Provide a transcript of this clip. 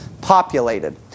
populated